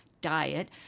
diet